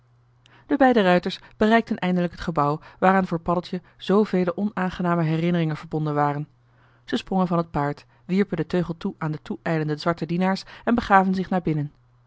de beide ruiters bereikten eindelijk het gebouw waaraan voor paddeltje zoo vele onaangename herinneringen verbonden waren zij sprongen van het paard wierpen den teugel toe aan de toeijlende zwarte dienaars en begaven zich naar binnen